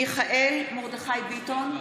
(קוראת בשמות חברי הכנסת) מיכאל מרדכי ביטון,